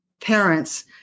parents